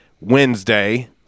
Wednesday